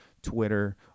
twitter